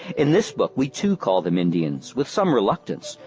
in this book we too call them indians, with some reluctance,